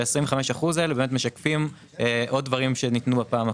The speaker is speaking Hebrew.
ה-25% האלה באמת משקפים עוד דברים שניתנו בפעם הקודמת.